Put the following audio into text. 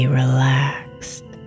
relaxed